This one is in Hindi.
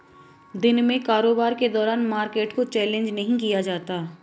दिन में कारोबार के दौरान मार्केट को चैलेंज नहीं किया जाता